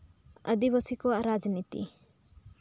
ᱟᱹᱫᱤᱵᱟᱹᱥᱤ ᱠᱚᱣᱟᱜ ᱨᱟᱡᱱᱤᱛᱤ